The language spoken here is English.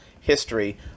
history